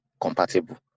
compatible